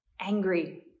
angry